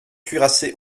cuirassiers